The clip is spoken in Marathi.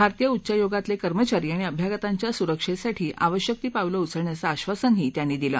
भारतीय उच्चायोगातले कर्मचारी आणि अभ्यागतांच्या सुरक्षेसाठी आवश्यक ती पावलं उचलण्याचं आश्वासनही त्यांनी दिलं